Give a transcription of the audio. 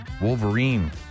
Wolverine